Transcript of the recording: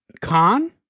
Khan